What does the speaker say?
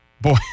Boy